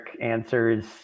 answers